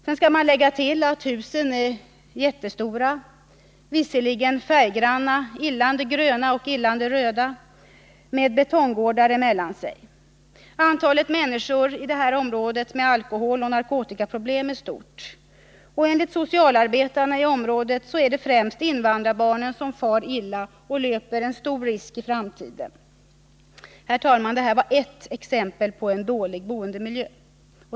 Sedan skall man lägga till att husen är jättestora — visserligen färggranna, illande gröna och illande röda — med betonggårdar mellan sig. Antalet människor i det här området med alkoholoch narkotikaproblem är stort. Och enligt socialarbetarna i området är det främst invandrarbarnen som far illa och löper stor risk i framtiden. Fru talman! Detta var ett exempel på en dålig boendemiljö.